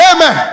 Amen